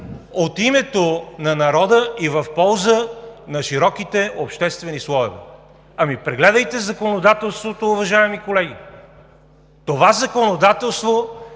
от името на народа и в полза на широките обществени слоеве. Прегледайте законодателството, уважаеми колеги! Това законодателство